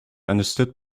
understood